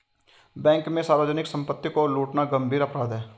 bank में सार्वजनिक सम्पत्ति को लूटना गम्भीर अपराध है